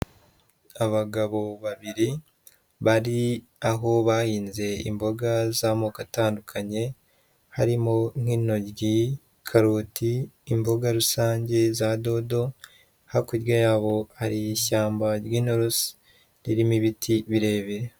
Abagabo babiri bari aho bahinze imboga z'amoko atandukanye, harimo nk'intoryi, karoti, imboga rusange za dodo, hakurya yabo hari ishyamba ry'inturusu ririmo ibiti birebire.